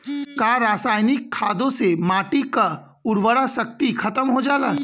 का रसायनिक खादों से माटी क उर्वरा शक्ति खतम हो जाला?